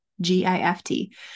G-I-F-T